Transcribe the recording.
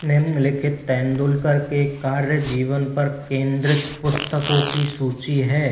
निम्नलिखित तेंदुलकर के कार्य जीवन पर केंद्रित पुस्तकों की सूची है